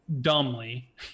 dumbly